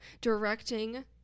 Directing